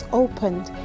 opened